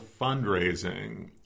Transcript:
fundraising